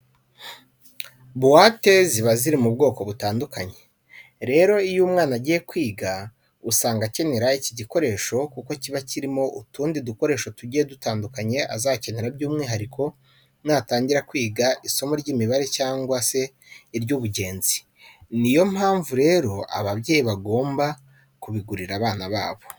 Buwate ziba ziri mu bwoko butandukanye. Rero iyo umwana agiye kwiga usanga akenera iki gikoresho kuko kiba kirimo utundi dukoresho tugiye dutandukanye azakenera by'umwihariko natangira kwiga isomo ry'imibara cyangwa se iry'ubugenge. Ni yo mpamvu rero ababyeyi bagomba kubigurira abana babo.